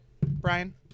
Brian